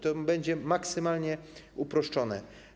To będzie maksymalnie uproszczone.